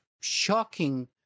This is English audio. shocking